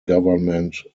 government